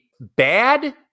bad